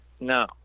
No